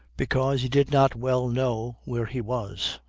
because he did not well know where he was,